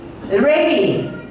ready